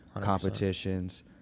Competitions